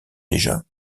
déjà